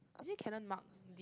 was it canon mark d